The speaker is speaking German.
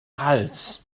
hals